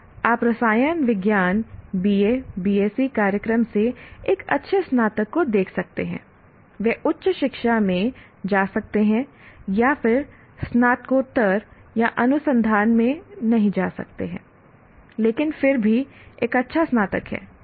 अब आप रसायन विज्ञान BA BSc कार्यक्रम से एक अच्छे स्नातक को देख सकते हैं वे उच्च शिक्षा में जा सकते हैं या फिर स्नातकोत्तर या अनुसंधान में नहीं जा सकते हैं लेकिन फिर भी एक अच्छा स्नातक है